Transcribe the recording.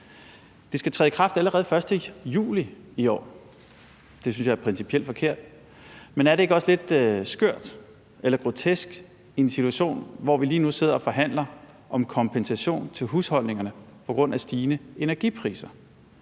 Det skal træde i kraft allerede den 1. juli i år. Det synes jeg er principielt forkert. Men er det ikke også lidt skørt eller grotesk i en situation, hvor vi lige nu sidder og forhandler om kompensation til husholdningerne på grund af stigende energipriser,